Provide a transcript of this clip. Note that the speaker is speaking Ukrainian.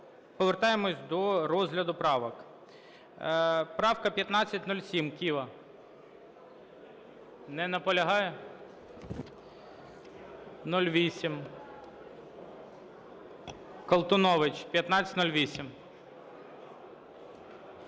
повертаємося до розгляду правок. Правка 1507, Кива. Не наполягає? 08. Колтунович, 1508.